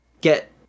get